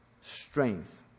strength